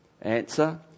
Answer